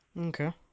Okay